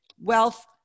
Wealth